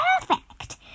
perfect